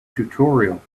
tutorial